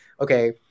okay